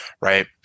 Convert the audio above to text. right